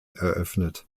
eröffnet